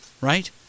right